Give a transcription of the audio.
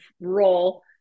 role